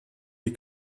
die